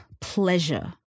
pleasure